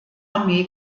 armee